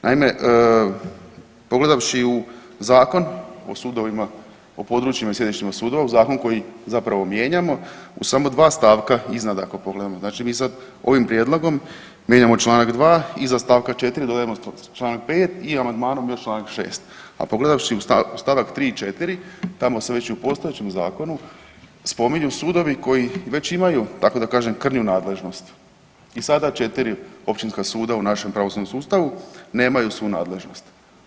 Naime, pogledavši u Zakon o sudovima o područjima i sjedištima sudova, u zakon koji zapravo mijenjamo, u samo dva stavka iznad ako pogledamo, znači mi sad ovim prijedlogom mijenjamo čl. 2., iza st. 4. dodajemo Članak 5. i amandmanom još Članak 6., a pogledavši u stavak 3. i 4. tamo se već i u postojećem zakonu spominju sudovi koji već imaju tako da kažem krnju nadležnost i sada 4 općinska suda u našem pravosudnom sustavu nemaju svu nadležnost.